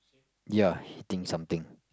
ya hitting something